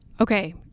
Okay